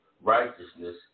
righteousness